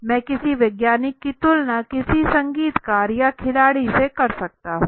मैं किसी वैज्ञानिक की तुलना किसी संगीतकार या खिलाड़ी से कर सकता हूं